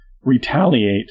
retaliate